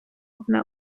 одне